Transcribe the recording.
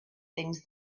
things